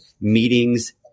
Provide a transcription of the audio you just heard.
meetings